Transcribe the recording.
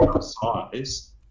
size